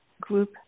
group